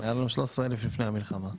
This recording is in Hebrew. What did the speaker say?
היו לנו 13,000 לפני המלחמה.